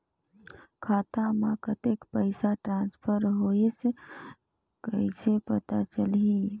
खाता म कतेक पइसा ट्रांसफर होईस कइसे पता चलही?